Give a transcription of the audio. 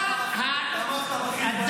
אתה -- אתה תמכת בחיזבאללה.